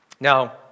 Now